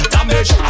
Damage